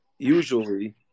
Usually